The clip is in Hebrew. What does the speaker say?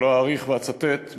ולא אאריך ואצטט,